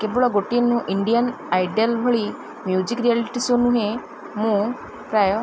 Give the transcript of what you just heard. କେବଳ ଗୋଟିଏ ନୁ ଇଣ୍ଡିଆନ୍ ଆଇଡ଼ଲ୍ ଭଳି ମ୍ୟୁଜିକ୍ ରିଆାଲିଟି ଶୋ ନୁହେଁ ମୁଁ ପ୍ରାୟ